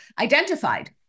identified